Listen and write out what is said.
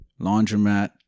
laundromat